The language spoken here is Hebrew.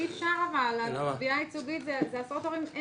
אי אפשר, זה עשרות הורים.